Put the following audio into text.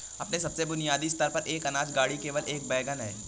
अपने सबसे बुनियादी स्तर पर, एक अनाज गाड़ी केवल एक वैगन है